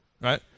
right